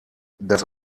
das